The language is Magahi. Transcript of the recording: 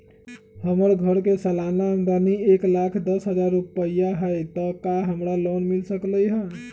हमर घर के सालाना आमदनी एक लाख दस हजार रुपैया हाई त का हमरा लोन मिल सकलई ह?